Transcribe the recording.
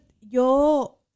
yo